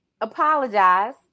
apologize